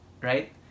Right